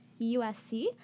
USC